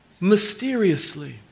mysteriously